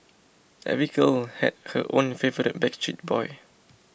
every girl had her own favourite Backstreet Boy